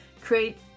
create